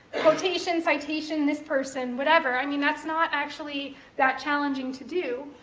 quotation, citation, this person, whatever, i mean, that's not actually that challenging to do,